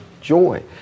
joy